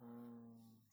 oh